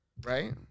Right